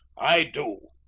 i do.